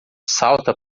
salta